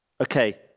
okay